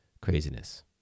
Craziness